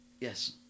Yes